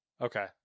Okay